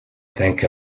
think